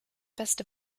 beste